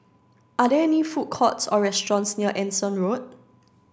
are there food courts or restaurants near Anson Road